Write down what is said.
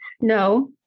No